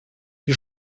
wir